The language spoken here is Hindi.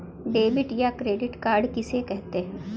डेबिट या क्रेडिट कार्ड किसे कहते हैं?